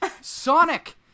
Sonic